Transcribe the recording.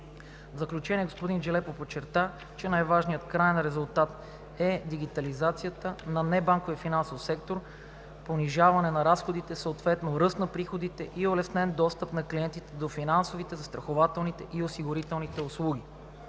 В заключение господин Джелепов подчерта, че най-важният краен резултат е дигитализацията на небанковия финансов сектор, понижаване на разходите, съответно ръст на приходите, и улеснен достъп на клиентите до финансовите, застрахователните и осигурителните услуги.